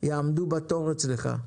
יעמדו בתור אצלך.